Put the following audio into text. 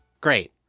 Great